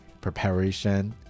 preparation